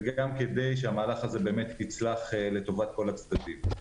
וגם כדי שהמהלך הזה באמת יצלח לטובת כל הצדדים.